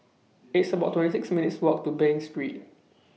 It's about twenty six minutes' Walk to Bain Street